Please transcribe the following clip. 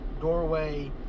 doorway